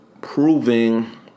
proving